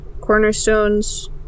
Cornerstones